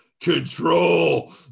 control